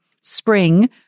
spring